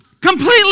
completely